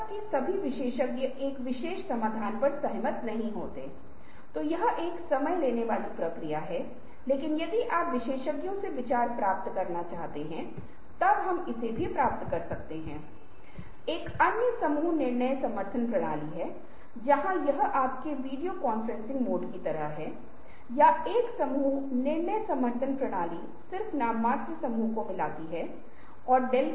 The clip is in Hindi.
आप रचनात्मक विकल्प संभावनाएँ संभावनाओं की विस्तृत श्रृंखला विकल्प परिवर्तन उकसावे आलोचनात्मक बहस जो कुछ भी कर रहे हैं आप ऐसा कर रहे हैं लेकिन अनिवार्य रूप से रचनात्मक वही है जो आप यहां पर उभार कर रहे हैं और फिर यह अंतिम प्रकार की सोच है जहां अन्य पांच प्रकार की सोच को एक साथ लाया जाता है और किसी भी समय आप अलग थलग होते या कह रहे हैं कि इस व्यक्ति केवल विचारों को विभिन्न विचारों को विभिन्न प्रकार की विचार प्रक्रियाओं को जो शामिल हैं को देख रहे है ना की इस विचार को करने वाले विचारकों को